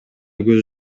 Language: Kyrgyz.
көз